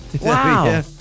wow